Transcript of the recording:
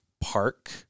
Park